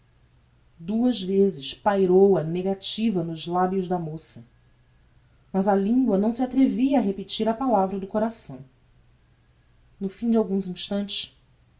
duas vezes pairou a negativa nos labios da moça mas a lingua não se atrevia a repellir a palavra do coração no fim de alguns instantes